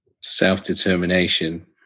Self-determination